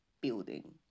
building